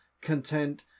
content